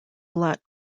black